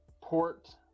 port